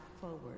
forward